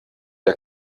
der